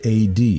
AD